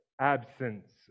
absence